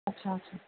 اچھا اچھا